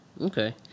Okay